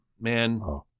man